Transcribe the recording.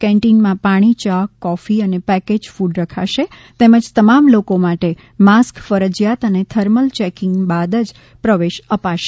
કેન્ટીનમાં પાણી ચ્હા કોફી અને પેકેજ ફડ રખાશે તેમજ તમામ લોકો માટે માસ્ક ફરજિયાત અને થર્મલ ચેકીંગ બાદ જ પ્રવેશ અપાશે